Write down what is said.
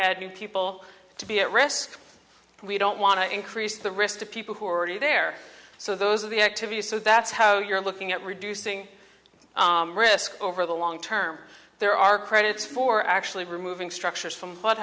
add new people to be at risk and we don't want to increase the risk to people who are already there so those are the activities so that's how you're looking at reducing the risk over the long term there are credits for actually removing structures from what